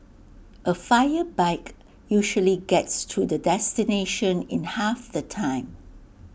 A fire bike usually gets to the destination in half the time